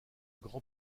grand